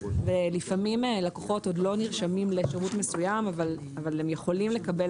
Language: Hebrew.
ולפעמים הלקוחות עוד לא נרשמים לשירות מסוים אבל הם יכולים לקבל,